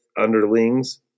underlings